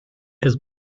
his